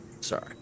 sorry